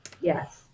Yes